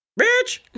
Bitch